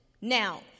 Now